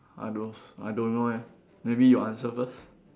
I don't I don't know eh maybe you answer first